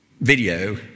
video